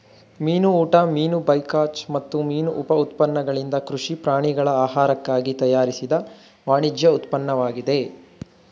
ಮೀನು ಊಟ ಮೀನು ಬೈಕಾಚ್ ಮತ್ತು ಮೀನು ಉಪ ಉತ್ಪನ್ನಗಳಿಂದ ಕೃಷಿ ಪ್ರಾಣಿಗಳ ಆಹಾರಕ್ಕಾಗಿ ತಯಾರಿಸಿದ ವಾಣಿಜ್ಯ ಉತ್ಪನ್ನವಾಗಿದೆ